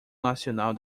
nacional